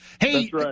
Hey